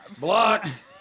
blocked